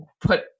put